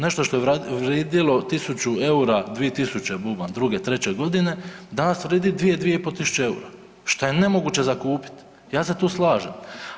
Nešto što je vridilo 1000 eura, 2000., bubam 2., 3. godine, danas vridi 2000, 2500 eura, što je nemoguće za kupiti, ja se tu slažem.